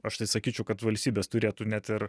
aš tai sakyčiau kad valstybės turėtų net ir